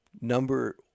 Number